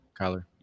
Kyler